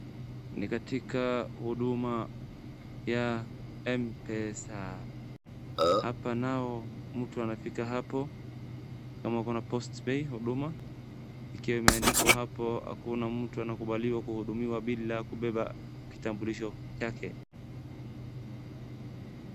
Ni katika huduma ya M-pesa, hapa nayo mtu anafika hapo, kama uko na post-pay huduma, ikiwa imeandikwa hapo hakuna mtu anakubaliwa kuhudumiwa bila kubeba kitambulisho chake.